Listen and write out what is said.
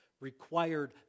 required